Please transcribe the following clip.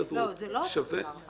זה לא אותו דבר.